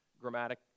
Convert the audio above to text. grammatic